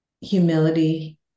humility